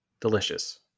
delicious